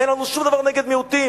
אין לנו שום דבר נגד מיעוטים.